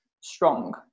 strong